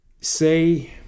say